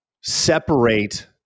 separate